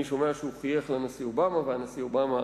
אני שומע שהוא חייך לנשיא אובמה אבל הנשיא אובמה